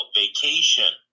vacation